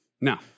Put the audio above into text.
Now